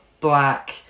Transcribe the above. black